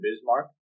Bismarck